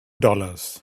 dollars